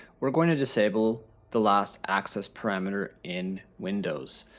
we're going to disable the last access parameter in windows.